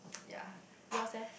yeah yours eh